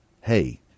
Hey